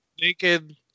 Naked